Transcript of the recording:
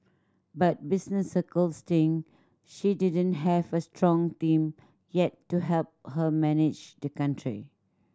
but business circles think she didn't have a strong team yet to help her manage the country